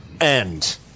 end